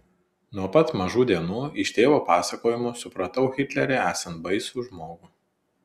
nuo pat mažų dienų iš tėvo pasakojimų supratau hitlerį esant baisų žmogų